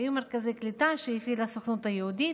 היו מרכזי קליטה שהפעילה הסוכנות היהודית.